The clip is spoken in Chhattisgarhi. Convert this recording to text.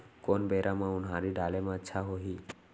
कोन बेरा म उनहारी डाले म अच्छा होही?